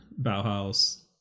Bauhaus